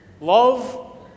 love